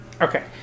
Okay